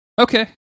Okay